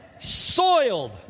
soiled